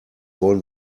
wollen